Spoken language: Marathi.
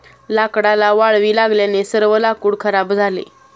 लाकडाला वाळवी लागल्याने सर्व लाकूड खराब झाले